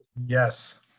Yes